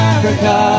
Africa